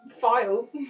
files